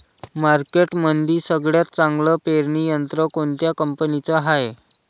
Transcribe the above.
मार्केटमंदी सगळ्यात चांगलं पेरणी यंत्र कोनत्या कंपनीचं हाये?